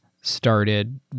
started